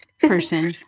person